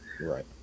Right